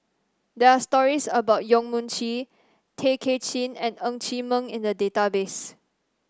there are stories about Yong Mun Chee Tay Kay Chin and Ng Chee Meng in the database